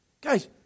Guys